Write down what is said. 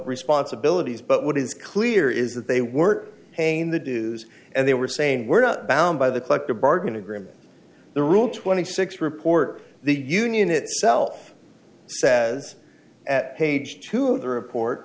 responsibilities but what is clear is that they were paying the dues and they were saying we're not bound by the collective bargaining agreement the rule twenty six report the union itself says at page two